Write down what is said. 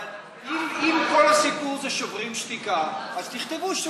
אבל אם כל הסיפור זה שוברים שתיקה אז תכתבו: שוברים שתיקה.